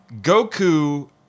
Goku